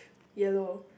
yellow